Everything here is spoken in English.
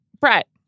Brett